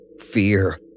fear